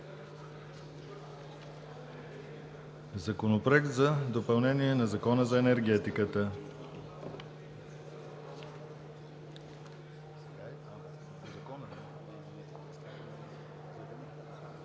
Законопроект за допълнение на Закона за енергетиката,